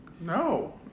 No